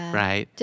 right